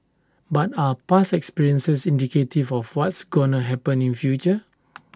but are past experiences indicative of what's gonna happen in future